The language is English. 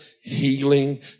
healing